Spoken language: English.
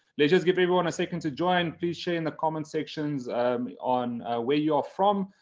let's just give everyone a second to join. please share in the comments, sections on where you're from.